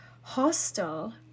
*Hostel*